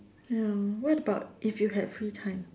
ya what about if you had free time